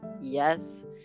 Yes